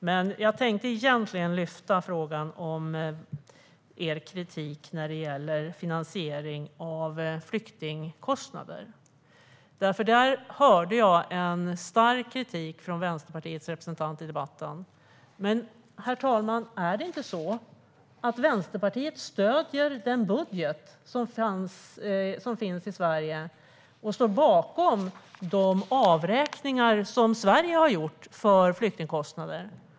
Men jag tänkte egentligen lyfta frågan om er kritik när det gäller finansiering av flyktingkostnader. Jag hörde en stark kritik från Vänsterpartiets representant i debatten. Men, herr talman, är det inte så att Vänsterpartiet stöder den budget som finns i Sverige och står bakom de avräkningar som Sverige har gjort för flyktingkostnader?